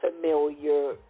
familiar